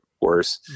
worse